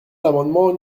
l’amendement